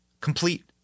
complete